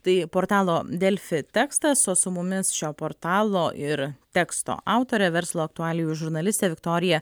tai portalo delfi tekstas o su mumis šio portalo ir teksto autorė verslo aktualijų žurnalistė viktorija